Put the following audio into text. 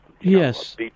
Yes